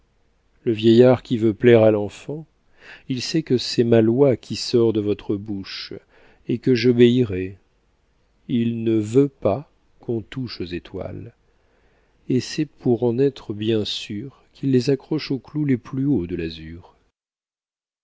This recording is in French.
le vieillard qui veut plaire à l'enfant il sait que c'est ma loi qui sort de votre bouche et que j'obéirais il ne veut pas qu'on touche aux étoiles et c'est pour en être bien sûr qu'il les accroche aux clous les plus hauts de l'azur